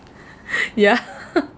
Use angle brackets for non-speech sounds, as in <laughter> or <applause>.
<laughs> yeah <laughs>